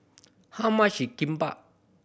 how much is Kimbap